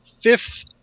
fifth